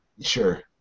Sure